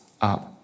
up